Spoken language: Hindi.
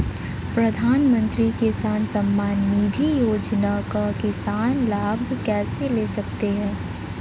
प्रधानमंत्री किसान सम्मान निधि योजना का किसान लाभ कैसे ले सकते हैं?